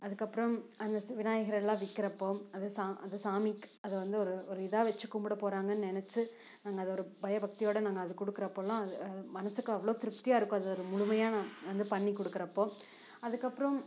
அதுக்கப்புறம் அந்த விநாயகரெல்லாம் விற்கிறப்போ அது சா அது சாமிக்கு வந்து ஒரு இதா வச்சி கும்பிட போகிறாங்கன்னு நினச்சி நாங்கள் ஒரு பயபக்தியோடய அதை கொடுக்குறப் போகலாம் அது அது மனசுக்கு அவ்வளோ திருப்த்தியாக இருக்கும் அது அது முழுமையாக நான் அது வந்து பண்ணி கொடுக்குறப்போ அதுக்கப்புறம்